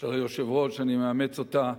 של היושב-ראש, אני מאמץ אותה,